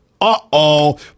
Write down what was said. Uh-oh